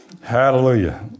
Hallelujah